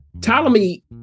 Ptolemy